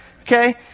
Okay